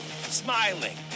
smiling